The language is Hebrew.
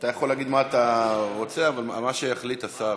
אתה יכול להגיד מה אתה רוצה, אבל מה שיחליט השר.